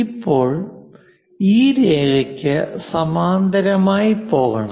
ഇപ്പോൾ ഈ രേഖക്ക് സമാന്തരമായി പോകണം